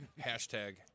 Hashtag